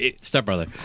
stepbrother